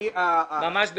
ממש בקצרה.